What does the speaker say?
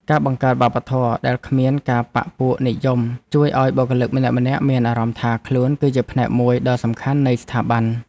ការបង្កើតវប្បធម៌ដែលគ្មានការបក្សពួកនិយមជួយឱ្យបុគ្គលិកម្នាក់ៗមានអារម្មណ៍ថាខ្លួន គឺជាផ្នែកមួយដ៏សំខាន់នៃស្ថាប័ន។